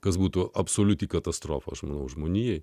kas būtų absoliuti katastrofos manau žmonijai